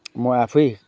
म आफै